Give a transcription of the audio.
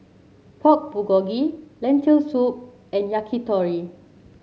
Pork Bulgogi Lentil Soup and Yakitori